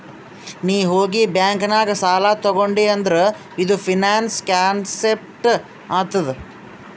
ನೀ ಹೋಗಿ ಬ್ಯಾಂಕ್ ನಾಗ್ ಸಾಲ ತೊಂಡಿ ಅಂದುರ್ ಅದು ಫೈನಾನ್ಸ್ ಕಾನ್ಸೆಪ್ಟ್ ಆತ್ತುದ್